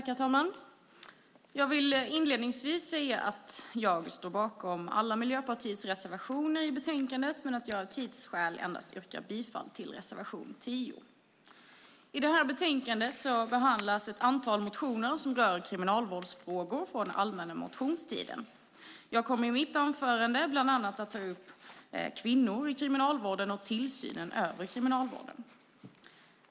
Herr talman! Jag vill inledningsvis säga att jag står bakom Miljöpartiets alla reservationer i betänkandet men att jag av tidsskäl yrkar bifall endast till reservation 10. I det här betänkandet behandlas ett antal motioner från allmänna motionstiden som rör kriminalvårdsfrågor. Jag kommer i mitt anförande att ta upp bland annat kvinnor i kriminalvården och tillsynen över kriminalvården.